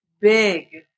big